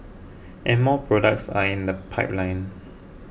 and more products are in the pipeline